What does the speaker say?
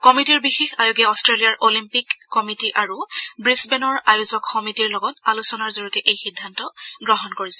কমিটীৰ বিশেষ আয়োগে অষ্ট্ৰেলিয়াৰ অলিম্পিক কমিটী আৰু ৱীছবেনৰ আয়োজক সমিতিৰ লগত আলোচনাৰ জৰিয়তে এই সিদ্ধান্ত গ্ৰহণ কৰিছে